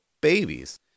babies